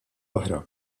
oħra